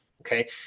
Okay